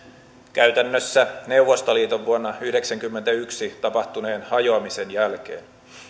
käytännössä neuvostoliiton vuonna yhdeksänkymmentäyksi tapahtuneen hajoamisen jälkeen